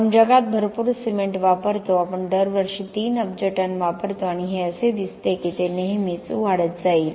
आपण जगात भरपूर सिमेंट वापरतो आपण दरवर्षी 3 अब्ज टन वापरतो आणि हे असे दिसते की ते नेहमीच वाढत जाईल